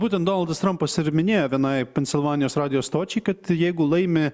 būtent donaldas trampas ir minėjo vienai pensilvanijos radijo stočiai kad jeigu laimi